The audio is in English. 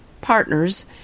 Partners